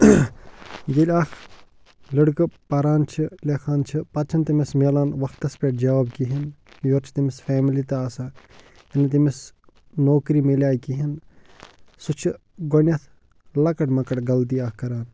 ییٚلہِ اَکھ لٔڑکہٕ پَران چھِ لیٚکھان چھِ پتہٕ چھَنہٕ تٔمِس میلان وقتس پٮ۪ٹھ جاب کِہیٖنۍ یورٕ چھِ تٔمِس فیملی تہٕ آسان ییٚلہِ تٔمس نوکری میلاے کِہیٖنۍ سُہ چھُ گۄڈٕنٮ۪تھ لۄکٕٹ مۄکٕٹ غلطی اَکھ کَران